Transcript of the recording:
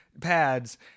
pads